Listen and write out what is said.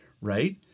right